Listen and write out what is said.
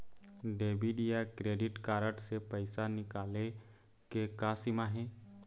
Debit या credit card से पैसा निकाले के का सीमा हे?